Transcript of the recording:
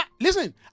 listen